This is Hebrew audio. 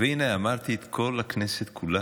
והינה אמרתי את כל הכנסת כולה,